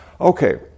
Okay